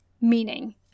meaning